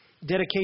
dedication